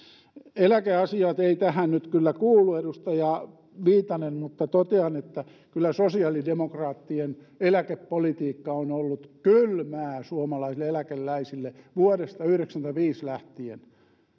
eläkeasiat eivät tähän nyt kyllä kuulu edustaja viitanen mutta totean että kyllä sosiaalidemokraattien eläkepolitiikka on ollut kylmää suomalaisille eläkeläisille vuodesta yhdeksänkymmentäviisi lähtien